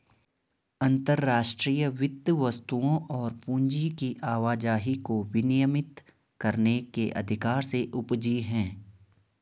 अंतर्राष्ट्रीय वित्त वस्तुओं और पूंजी की आवाजाही को विनियमित करने के अधिकार से उपजी हैं